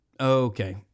Okay